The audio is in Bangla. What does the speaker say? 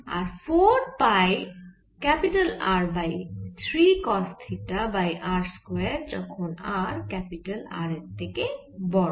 R 4 pi R by 3 cos theta by r square যখন r ক্যাপিটাল R এর থেকে বড়